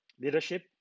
leadership